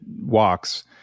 walks